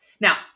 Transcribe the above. Now